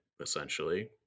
essentially